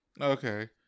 Okay